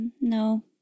No